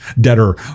debtor